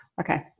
Okay